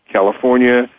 California